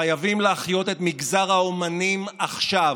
חייבים להחיות את מגזר האומנים עכשיו,